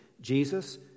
Jesus